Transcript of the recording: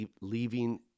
leaving